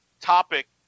topic